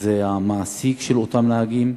זה המעסיק של אותם נהגים,